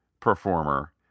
Performer